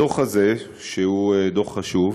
הדוח הזה, שהוא דוח חשוב,